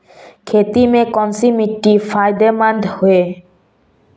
खेती में कौनसी मिट्टी फायदेमंद है?